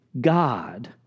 God